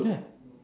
don't have